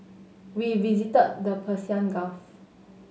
we visited the Persian Gulf